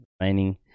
remaining